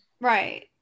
Right